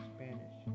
Spanish